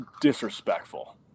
disrespectful